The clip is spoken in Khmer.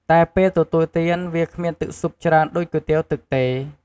តែពេលទទួលទាន វាគ្មានទឹកស៊ុបច្រើនដូចគុយទាវទឹកទេ។